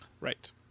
Right